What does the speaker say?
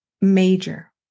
Major